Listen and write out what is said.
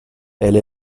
elle